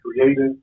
creative